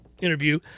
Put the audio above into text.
interview